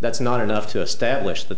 that's not enough to establish that